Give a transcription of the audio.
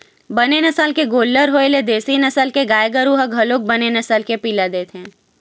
बने नसल के गोल्लर होय ले देसी नसल के गाय गरु ह घलोक बने नसल के पिला देथे